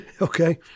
okay